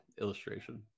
illustration